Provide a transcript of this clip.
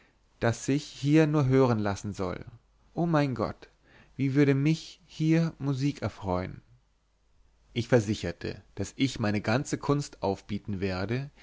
das sich hier nur hören lassen soll o mein gott wie würde mich hier musik erfreun ich versicherte daß ich meine ganze kunst aufbieten werde